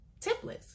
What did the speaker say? templates